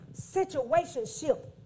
Situationship